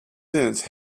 since